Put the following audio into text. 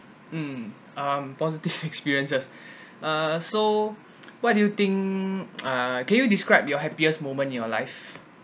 mm um positive experience uh so what do you think uh can you describe your happiest moment in your life